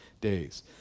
days